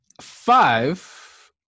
five